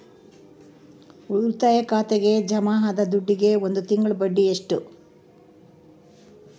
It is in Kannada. ಉಳಿತಾಯ ಖಾತೆಗೆ ಜಮಾ ಆದ ದುಡ್ಡಿಗೆ ಒಂದು ತಿಂಗಳ ಬಡ್ಡಿ ಎಷ್ಟು?